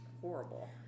horrible